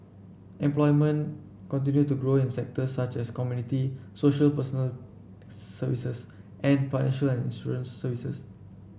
employment continued to grow in sectors such as community social personal services and financial and insurance services